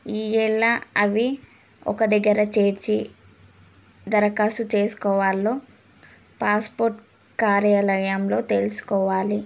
ఈ వేళ అవి ఒక దగ్గర చేర్చి దరఖాస్తు చేసుకోవాలో పాస్పోర్ట్ కార్యాలయంలో తెలుసుకోవాలి